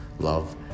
love